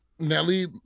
Nelly